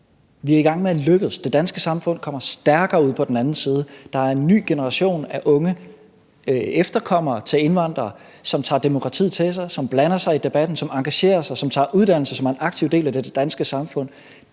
Vi er i gang med at lykkes. Det danske samfund kommer stærkere ud på den anden side. Der er en ny generation af unge efterkommere til indvandrere, som tager demokratiet til sig, som blander sig i debatten, som engagerer sig, som tager uddannelse, og som er en aktiv del af det danske samfund.